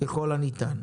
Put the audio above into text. ככל הניתן.